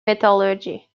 metallurgy